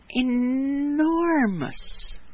enormous